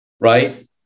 right